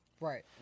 right